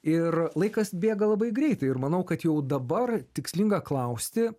ir laikas bėga labai greitai ir manau kad jau dabar tikslinga klausti